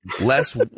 less